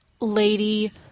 lady